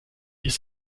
ist